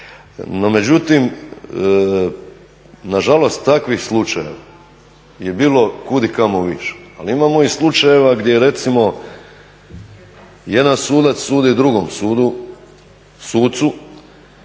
No međutim nažalost takvih slučajeva je bilo kud i kamo više, ali imamo i slučajeva gdje recimo jedan sudac sudi drugom sucu